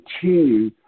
continue